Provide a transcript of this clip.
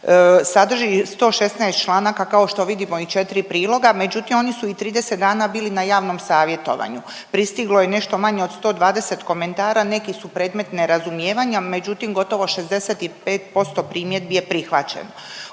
Sadrži 116 članaka, kao što vidimo i 4 priloga, međutim oni su i 30 dana bili na javnom savjetovanju, pristiglo je nešto manje od 120 komentara, neki su predmet nerazumijevanja, međutim gotovo 65% primjedbi je prihvaćeno.